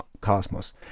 cosmos